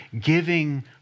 giving